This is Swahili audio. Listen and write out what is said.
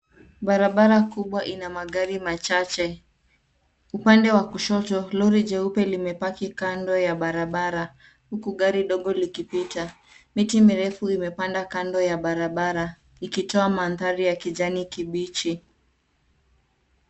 Barabara kubwa ina magari machache. Upande wa kushoto Lori jeupe limepaki kando ya barabara huku gari dogo likipita. Miti mirefu imepanda kando ya barabara ikitoa mandhari ya kijani kibichi.